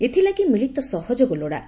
ଏଥିଲାଗି ମିଳିତ ସହଯୋଗ ଲୋଡା